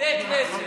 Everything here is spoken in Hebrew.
עובדי כנסת.